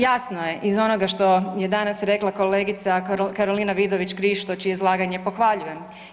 Jasno je iz onoga što je danas rekla kolegica Karolina Vidović Krišto čije izlaganje pohvaljujem.